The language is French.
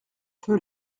peu